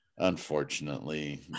unfortunately